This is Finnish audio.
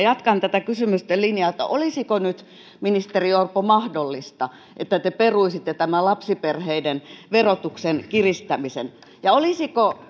jatkan tätä kysymysten linjaa olisiko nyt ministeri orpo mahdollista että te peruisitte tämän lapsiperheiden verotuksen kiristämisen olisiko